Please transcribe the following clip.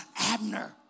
Abner